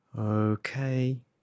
Okay